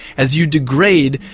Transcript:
as you degrade,